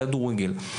כדורגל".